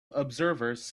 observers